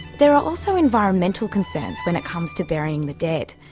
there are also environmental concerns when it comes to burying the dead.